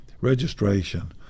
registration